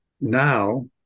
Now